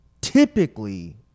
typically